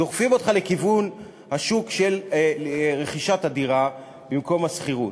דוחפים אותך לכיוון השוק של רכישת הדירה במקום השכירות.